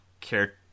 care